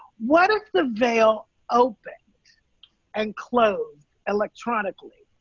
what if the veil opened and closed electronically?